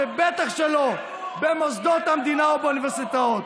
ובטח שלא במוסדות המדינה ובאוניברסיטאות.